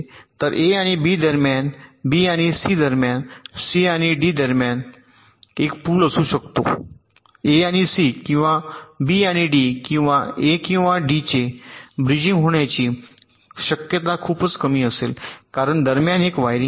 तर ए आणि बी दरम्यान बी आणि सी दरम्यान सी आणि डी ए दरम्यान एक पूल असू शकतो ए आणि सी किंवा बी आणि डी किंवा ए किंवा डीचे ब्रिजिंग होण्याची शक्यता खूपच कमी असेल कारण दरम्यान एक वायरिंग आहे